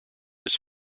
his